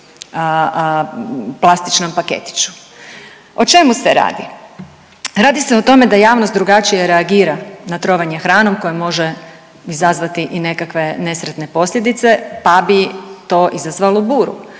plastičnom paketiću. O čemu se radi? Radi se o tome da javnost drugačije reagira na trovanje hranom koja može izazvati i nekakva nesretne posljedice, pa bi to izazvalo buru.